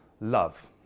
love